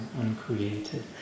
uncreated